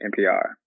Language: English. NPR